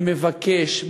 אני מבקש,